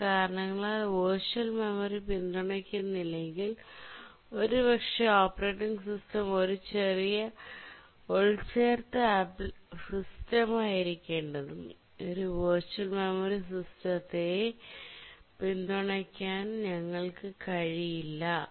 ചില കാരണങ്ങളാൽ virtual memory പിന്തുണയ്ക്കുന്നില്ലെങ്കിൽ ഒരുപക്ഷേ ഓപ്പറേറ്റിംഗ് സിസ്റ്റം ഒരു ചെറിയ ഉൾച്ചേർത്ത സിസ്റ്റമായിരിക്കേണ്ടതും ഒരു വിർച്വൽ മെമ്മറി സിസ്റ്റത്തെ പിന്തുണയ്ക്കാൻ ഞങ്ങൾക്ക് കഴിയില്ല